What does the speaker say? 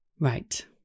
Right